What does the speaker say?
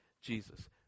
Jesus